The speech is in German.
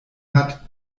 hat